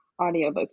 audiobooks